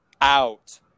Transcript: out